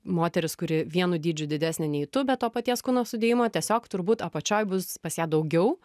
moteris kuri vienu dydžiu didesnė nei tu bet to paties kūno sudėjimo tiesiog turbūt apačioj bus pas ją daugiau